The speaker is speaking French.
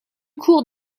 court